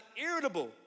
irritable